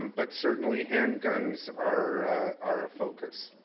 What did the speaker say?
um but certainly handguns are are a focus.